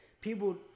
People